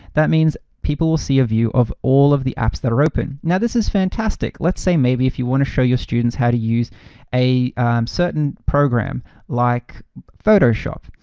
that means people will see a view of all of the apps that are open. now this is fantastic. let's say maybe if you wanna show your students how to use a certain program like photoshop.